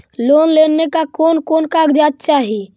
Loan लेने ला कोन कोन कागजात चाही?